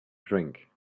drink